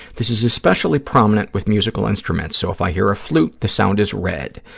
this is especially prominent with musical instruments, so if i hear a flute, the sound is red.